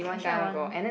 actually I want